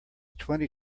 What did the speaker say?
twenty